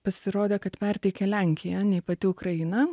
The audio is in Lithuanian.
pasirodė kad perteikė lenkija nei pati ukraina